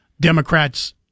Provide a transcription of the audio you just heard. Democrats